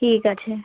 ঠিক আছে